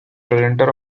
presenter